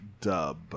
dub